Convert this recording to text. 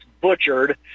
butchered